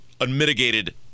Unmitigated